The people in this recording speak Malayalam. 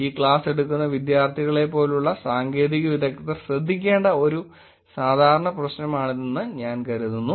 ഈ ക്ലാസ് എടുക്കുന്ന വിദ്യാർത്ഥികളെപ്പോലുള്ള സാങ്കേതിക വിദഗ്ധർ ശ്രദ്ദിക്കേണ്ട ഒരു സാധാരണ പ്രശ്നമാണിതെന്ന് ഞാൻ കരുതുന്നു